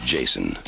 Jason